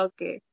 Okay